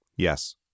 Yes